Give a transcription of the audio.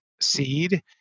seed